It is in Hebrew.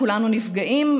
כולנו נפגעים".